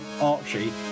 Archie